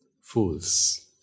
fools